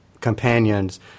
companions